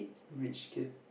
rich kid